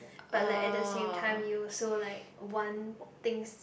but like at the same time you also like want things